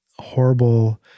horrible